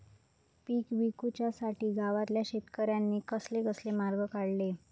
पीक विकुच्यासाठी गावातल्या शेतकऱ्यांनी कसले कसले मार्ग काढले?